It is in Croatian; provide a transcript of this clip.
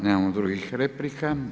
Nemamo drugih replika.